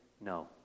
No